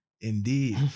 Indeed